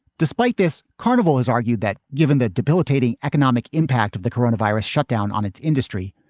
despite this carnival has argued that given the debilitating economic impact of the corona virus shutdown on its industry,